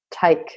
take